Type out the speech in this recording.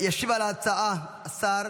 ישיב על ההצעה שר